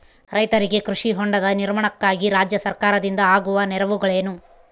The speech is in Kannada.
ರೈತರಿಗೆ ಕೃಷಿ ಹೊಂಡದ ನಿರ್ಮಾಣಕ್ಕಾಗಿ ರಾಜ್ಯ ಸರ್ಕಾರದಿಂದ ಆಗುವ ನೆರವುಗಳೇನು?